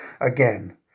Again